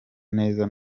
neza